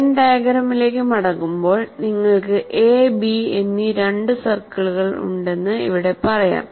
when ഡയഗ്രാമിലേക്ക് മടങ്ങുമ്പോൾ നിങ്ങൾക്ക് എ ബി എന്നീ രണ്ട് സർക്കിളുകൾ ഉണ്ടെന്ന് ഇവിടെ പറയാം